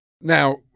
Now